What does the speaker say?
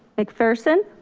mcpherson.